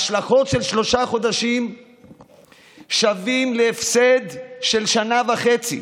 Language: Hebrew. ההשלכות של שלושה חודשים שוות להפסד של שנה וחצי.